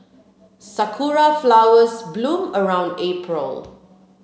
sakura flowers bloom around April